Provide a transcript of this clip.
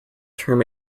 term